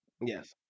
yes